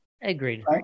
Agreed